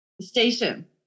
station